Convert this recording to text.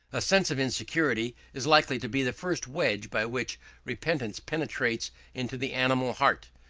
a sense of insecurity is likely to be the first wedge by which repentance penetrates into the animal heart.